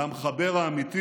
למחבר האמיתי